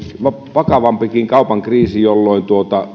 vakavampikin kaupan kriisi jolloin